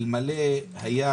אלמלא זה היה